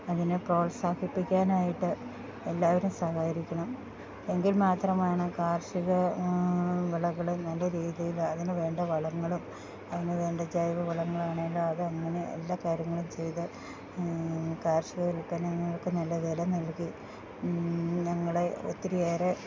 അതിനെ പ്രോത്സാഹിപ്പിക്കാനായിട്ട് എല്ലാവരും സഹകരിക്കണം എങ്കിൽ മാത്രമാണ് കാർഷിക വിളകളും നല്ല രീതിയിൽ അതിന് വേണ്ട വളങ്ങളും അതിന് വേണ്ട ജൈവ വളങ്ങൾ ആണേലും അത് അങ്ങനെ എല്ലാ കാര്യങ്ങളും ചെയ്ത് കാർഷിക ഉല്പ്പന്നങ്ങള്ക്ക് നല്ല വില നൽകി ഞങ്ങളെ ഒത്തിരി ഏറെ